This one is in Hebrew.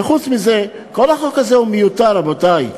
וחוץ מזה, כל החוק הזה מיותר, רבותי.